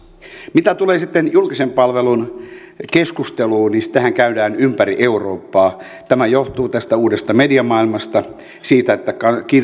mitä tulee sitten julkisen palvelun keskusteluun niin sitähän käydään ympäri eurooppaa tämä johtuu tästä uudesta mediamaailmasta siitä että